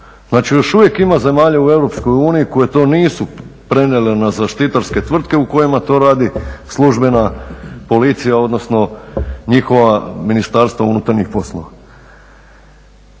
Znači još uvijek ima zemalja u EU koje to nisu prenijele na zaštitarske tvrtke u kojima to radi službena policija odnosno njihovo MUP. Da je ta sumnja